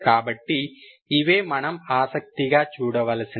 కాబట్టి ఇవే మనం ఆసక్తిగా చూడవలసినవి